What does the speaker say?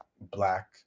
Black